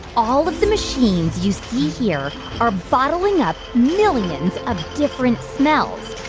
all of the machines you see here are bottling up millions of different smells,